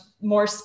more